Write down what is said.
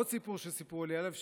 עוד סיפור שסיפרו לי עליו,